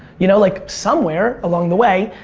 you know like somewhere along the way.